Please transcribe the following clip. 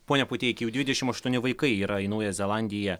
pone puteiki jau dvidešim aštuoni vaikai yra į naują zelandiją